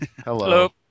Hello